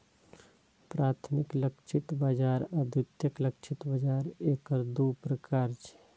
प्राथमिक लक्षित बाजार आ द्वितीयक लक्षित बाजार एकर दू प्रकार छियै